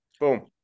boom